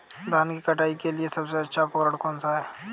धान की कटाई के लिए सबसे अच्छा उपकरण कौन सा है?